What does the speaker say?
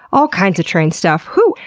all kinds of train stuff. whoo!